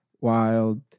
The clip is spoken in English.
wild